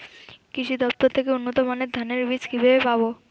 কৃষি দফতর থেকে উন্নত মানের ধানের বীজ কিভাবে পাব?